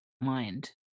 mind